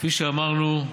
כפי שאמרנו,